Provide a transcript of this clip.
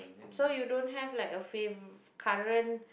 so you don't have like a fave current